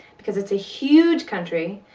because it's a huge country.